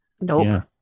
Nope